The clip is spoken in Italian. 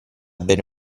bene